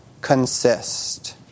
consist